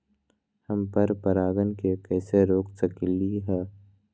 हम पर परागण के कैसे रोक सकली ह?